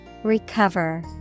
Recover